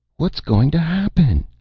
what's going to happen?